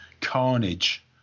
carnage